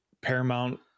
Paramount